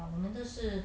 ah 我们都是